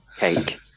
Cake